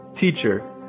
teacher